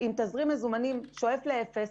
מחזיק בתזרים מזומן ששואף לאפס,